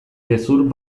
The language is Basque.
gezur